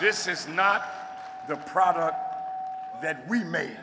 this is not the product that we ma